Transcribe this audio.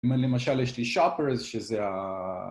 אם למשל יש לי shoppers שזה ה...